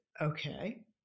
okay